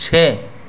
چھ